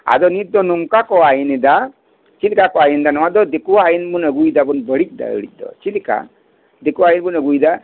ᱟᱫᱚ ᱱᱤᱛ ᱫᱚ ᱱᱚᱝᱠᱟ ᱠᱚ ᱟᱹᱭᱤᱱᱮᱫᱟ ᱪᱮᱫ ᱞᱮᱠᱟ ᱠᱚ ᱟᱹᱭᱤᱱᱮᱫᱟ ᱱᱚᱶᱟ ᱫᱚ ᱫᱤᱠᱩᱭᱟᱜ ᱟᱹᱭᱤᱱ ᱵᱚᱱ ᱟᱹᱜᱩᱭᱮᱫᱟ ᱵᱟᱹᱲᱤᱡ ᱮᱫᱟ ᱵᱟᱹᱲᱤᱡ ᱫᱚ ᱪᱮᱫ ᱞᱮᱠᱟ ᱫᱤᱠᱩᱭᱟᱜ ᱟᱹᱭᱤᱱ ᱵᱚᱱ ᱟᱜᱩᱭᱮᱫᱟ